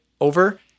over